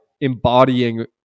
embodying